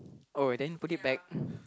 oh then put it back